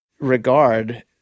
regard